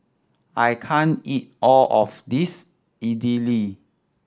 I can't eat all of this Idili